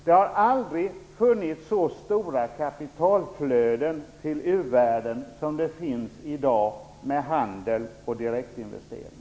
Det har aldrig förekommit så stora kapitalflöden till u-länder som i dag är fallet genom handeln och genom direktinvesteringar.